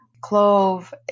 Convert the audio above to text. clove